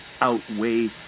outweigh